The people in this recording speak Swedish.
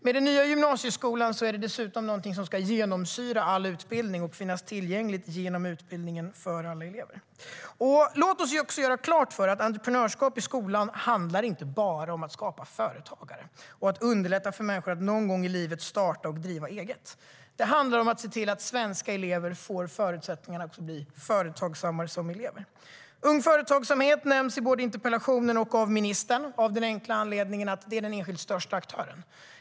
Med den nya gymnasieskolan är det dessutom någonting som ska genomsyra all utbildning och finnas tillgängligt genom utbildningen för alla elever. Låt oss göra klart att entreprenörskap i skolan inte bara handlar om att skapa företagare och att underlätta för människor att någon gång i livet starta och driva eget. Det handlar om att se till att svenska elever får förutsättningar att bli företagsammare som elever. Ung Företagsamhet nämns både i interpellationen och av ministern av den enkla anledningen att det är den enskilt största aktören.